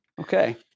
Okay